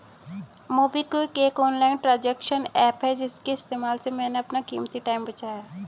MobiKwik एक online transaction app है इसके इस्तेमाल से मैंने अपना कीमती टाइम बचाया है